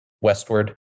westward